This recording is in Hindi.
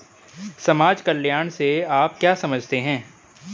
समाज कल्याण से आप क्या समझते हैं?